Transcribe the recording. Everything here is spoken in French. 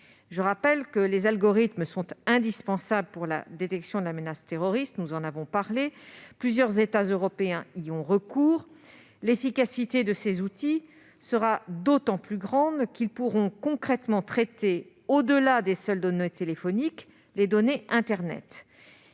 le rappelle, les algorithmes sont indispensables pour la détection de la menace terroriste, nous en avons parlé ; plusieurs États européens y ont recours. L'efficacité de ces outils sera d'autant plus grande que ceux-ci pourront concrètement traiter, au-delà des seules données téléphoniques, les données internet.